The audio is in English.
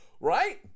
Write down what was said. Right